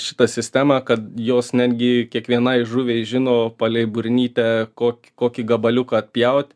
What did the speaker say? šitą sistemą kad jos netgi kiekvienai žuviai žino palei burnytę kok kokį gabaliuką atpjaut